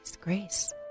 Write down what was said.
grace